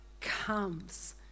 comes